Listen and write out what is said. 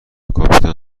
کاپیتان